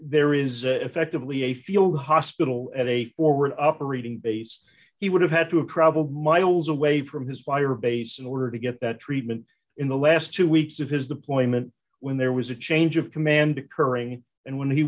there is affected lee a field hospital at a forward operating base he would have had to have probably miles away from his fire base in order to get that treatment in the last two weeks of his deployment when there was a change of command occurring and when he